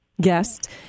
guest